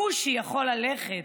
הכושי יכול ללכת.